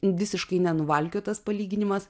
visiškai nenuvalkiotas palyginimas